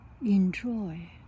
enjoy